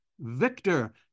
victor